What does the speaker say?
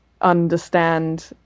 understand